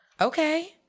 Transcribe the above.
Okay